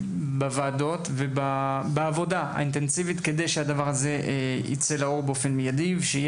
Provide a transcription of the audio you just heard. בוועדות ובעבודה האינטנסיבית כדי שהדבר הזה יצא לאור באופן מיידי ושיהיו